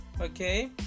okay